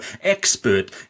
Expert